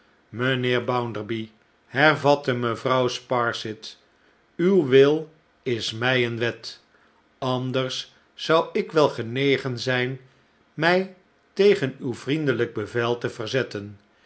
mijnheer bounderby hervatte mevrouw sparsit uw wil is mij een wet anders zou ik wel gehegen zijn mij tegen uw vriendelijk bevel te verzetten